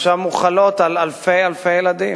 ועכשיו מוחלות על אלפי-אלפי ילדים,